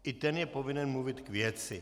I ten je povinen mluvit k věci.